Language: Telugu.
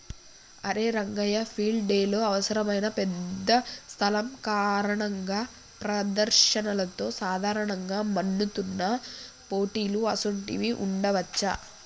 అరే రంగయ్య ఫీల్డ్ డెలో అవసరమైన పెద్ద స్థలం కారణంగా ప్రదర్శనలతో సాధారణంగా మన్నుతున్న పోటీలు అసోంటివి ఉండవచ్చా